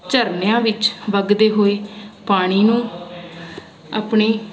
ਝਰਨਿਆਂ ਵਿੱਚ ਵਗਦੇ ਹੋਏ ਪਾਣੀ ਨੂੰ ਆਪਣੀ